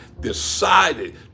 decided